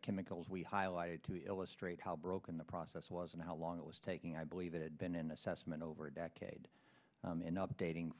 chemicals we highlighted to illustrate how broken the process was and how long it was taking i believe it had been an assessment over a decade and updating